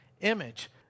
image